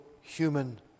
human